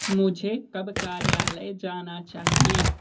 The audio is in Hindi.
मुझे कब कार्यालय जाना चाहिए